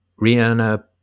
Rihanna